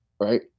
right